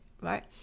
right